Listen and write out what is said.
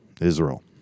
Israel